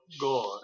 God